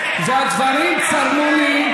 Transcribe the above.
והדברים צרמו לי,